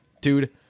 dude